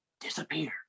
disappear